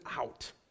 out